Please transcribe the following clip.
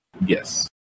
yes